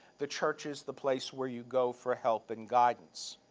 the church is the place where you go for help and guidance.